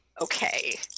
Okay